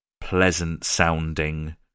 pleasant-sounding